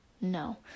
no